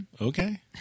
Okay